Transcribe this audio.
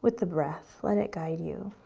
with the breath. let it guide you,